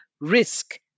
risk